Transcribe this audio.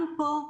גם פה,